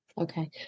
Okay